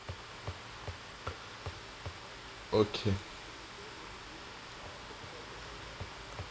okay